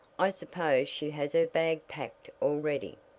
i suppose she has her bag packed already.